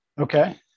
Okay